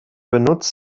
benutzt